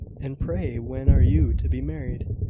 and pray when are you to be married?